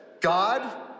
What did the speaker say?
God